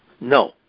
No